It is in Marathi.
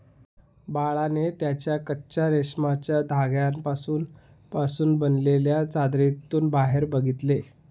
बाळाने त्याच्या कच्चा रेशमाच्या धाग्यांपासून पासून बनलेल्या चादरीतून बाहेर बघितले